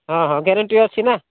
ହଁ ହଁ ଗ୍ୟାରେଣ୍ଟି ଅଛିନା